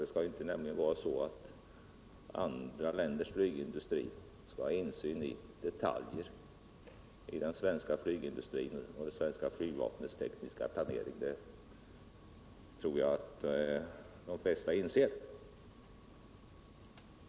Andra länders flygindustri skall nämligen inte ha insyn i detaljer i den svenska flygindustrins och det svenska flygvapnets tekniska planering. Det tror jag att de flesta inser.